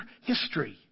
history